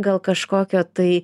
gal kažkokio tai